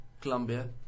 Colombia